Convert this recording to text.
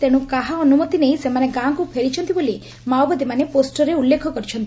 ତେଶୁ କାହା ଅନୁମତି ନେଇ ସେମାନେ ଗାଁକୁ ଫେରିଛନ୍ତି ବୋଲି ମାଓବାଦୀମାନେ ପୋଷ୍ଟରରେ ଉଲ୍ଲେଖ କରିଛନ୍ତି